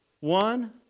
one